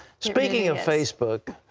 speaking of facebook,